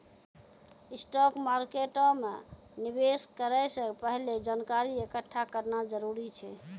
stock मार्केटो मे निवेश करै से पहिले जानकारी एकठ्ठा करना जरूरी छै